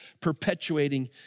perpetuating